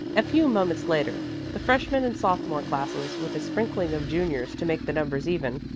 a few moments later the freshman and sophomore classes, with a sprinkling of juniors to make the numbers even,